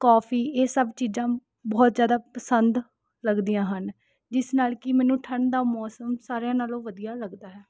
coffee ਇਹ ਸਭ ਚੀਜ਼ਾਂ ਬਹੁਤ ਜ਼ਿਆਦਾ ਪਸੰਦ ਲੱਗਦੀਆਂ ਹਨ ਜਿਸ ਨਾਲ ਕਿ ਮੈਨੂੰ ਠੰਢ ਦਾ ਮੌਸਮ ਸਾਰਿਆਂ ਨਾਲੋਂ ਵਧੀਆ ਲੱਗਦਾ ਹੈ